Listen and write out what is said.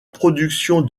production